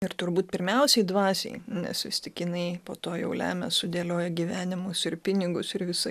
ir turbūt pirmiausiai dvasiai nes vis tik jinai po to jau lemia sudėlioja gyvenimus ir pinigus ir visa